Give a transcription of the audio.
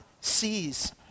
sees